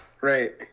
Right